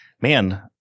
man